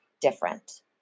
different